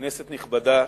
כנסת נכבדה,